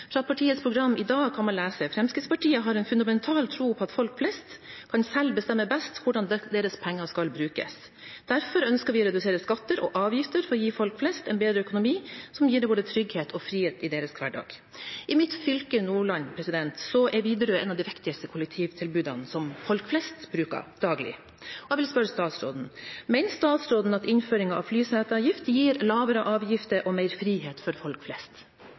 partiets program i dag kan man lese følgende: «Fremskrittspartiet har en fundamental tro på at folk flest kan selv bestemme best hvordan deres penger skal brukes. Derfor ønsker vi å redusere skatter og avgifter for å gi folk flest en bedre økonomi som gir dem både trygghet og frihet i deres hverdag.» I mitt fylke, Nordland, er Widerøe et av de viktigste kollektivtilbudene som folk flest bruker daglig. Jeg vil spørre statsråden: Mener statsråden at innføringen av flyseteavgift gir lavere avgifter og mer frihet for folk flest?